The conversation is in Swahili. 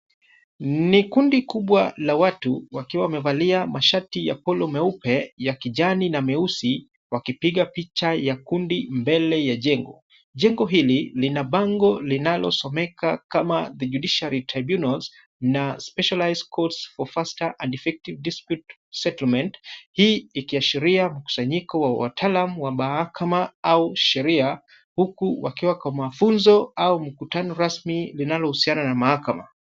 Ni kundi kubwa la watu wakiwa wamevalia mashati ya polo meupe ya kijani na meusi wakipiga picha ya kundi mbele ya jengo. Jengo hili, lina bango linalosomeka kama The Judiciary Tribunals na Specialized Courts for Faster and Effective Dispute Settlement . Hii ikiashiria mkusanyiko wa wataalamu wa mahakama au sheria, huku wakiwa kwa mafunzo au mkutano rasmi linalohusiana na mahakama.